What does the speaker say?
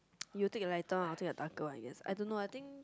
you take the lighter one I take the darker one yes I don't know lah I think